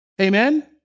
Amen